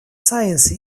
science